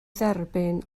dderbyn